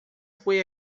fue